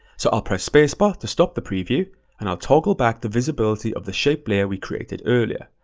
so i'll press space bar to stop the preview and i'll toggle back the visibility of the shape layer we created earlier.